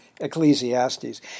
Ecclesiastes